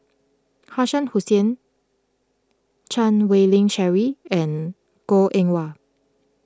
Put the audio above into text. Shah Hussain Chan Wei Ling Cheryl and Goh Eng Wah